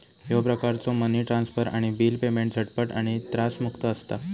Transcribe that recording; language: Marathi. ह्यो प्रकारचो मनी ट्रान्सफर आणि बिल पेमेंट झटपट आणि त्रासमुक्त असता